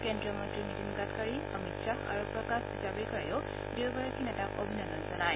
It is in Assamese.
কেন্দ্ৰীয় মন্তী নীতিন গাডকাৰী অমিত খাহ আৰু প্ৰকাশ জাম্ৰেকাৰেও দুয়োগৰাকী নেতাক অভিনন্দন জনায়